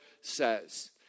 says